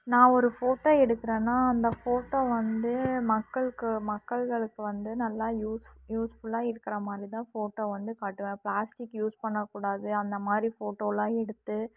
நான் ஒரு ஃபோட்டோ எடுக்குறேனா அந்த ஃபோட்டோ வந்து மக்களுக்கு மக்கள்களுக்கு வந்து நல்லா யூஸ்ஃபுல்லாக இருக்கிற மாதிரி தான் ஃபோட்டோ வந்து காட்டுவாங்க பிளாஸ்டிக் யூஸ் பண்ணக்கூடாது அந்தமாதிரி ஃபோட்டோலாம் எடுத்து